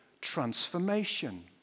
transformation